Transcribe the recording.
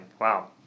Wow